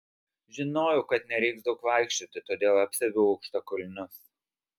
žinojau kad nereiks daug vaikščioti todėl apsiaviau aukštakulnius